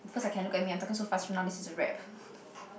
of course I can look at me I'm talking so fast from right now this is a rap